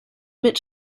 mit